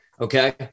Okay